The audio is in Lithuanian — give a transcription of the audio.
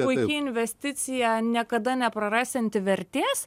puiki investicija niekada neprarasianti vertės